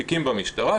תיקים במשטרה,